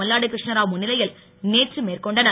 மல்லாடி கிருஷ்ணராவ் முன்னிலையில் நேற்று மேற்கொண்டனர்